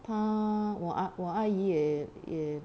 他我阿我阿姨也